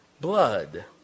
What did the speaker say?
blood